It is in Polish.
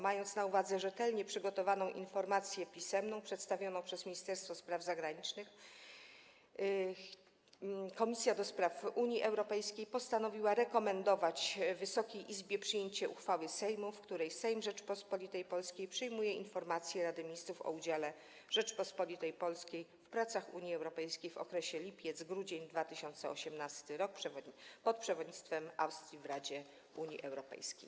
Mając na uwadze rzetelnie przygotowaną informację pisemną przedstawioną przez Ministerstwo Spraw Zagranicznych, Komisja do Spraw Unii Europejskiej postanowiła rekomendować Wysokiej Izbie przyjęcie uchwały Sejmu, w której Sejm Rzeczypospolitej Polskiej przyjmuje informację Rady Ministrów o udziale Rzeczypospolitej Polskiej w pracach Unii Europejskiej w okresie lipiec-grudzień 2018 r. pod przewodnictwem Austrii w Radzie Unii Europejskiej.